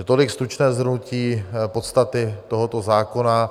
Tolik stručné shrnutí podstaty tohoto zákona.